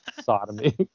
sodomy